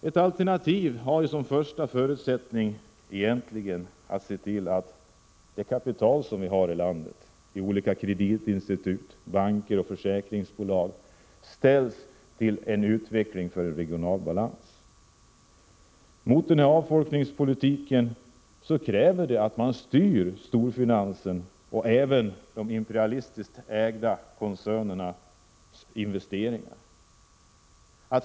Ett alternativ har som första förutsättning att man ser till att det kapital vi har i landet i olika kreditinstitut, banker och försäkringsbolag ställs till förfogande för en utveckling mot regional balans. För att motverka avfolkningspolitiken krävs att man styr storfinansen och de imperialistiskt ägda koncernernas investeringar.